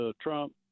Trump